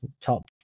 top